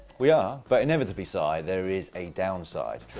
we are, but inevitably, cy, there is a down side.